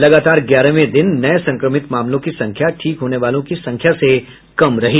लगातार ग्यारहवें दिन नए संक्रमित मामलों की संख्या ठीक होने वालों की संख्या से कम रही